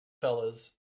fellas